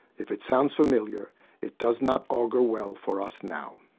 if it sounds familiar it does not augur well for us now.